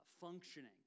functioning